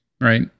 right